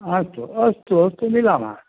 अस्तु अस्तु अस्तु मिलामः